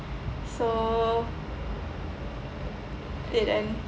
so didn't